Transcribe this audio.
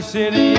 City